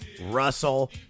Russell